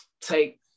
take